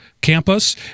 campus